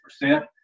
percent